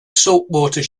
saltwater